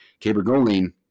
Cabergoline